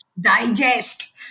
digest